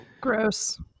Gross